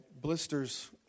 blisters